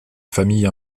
famille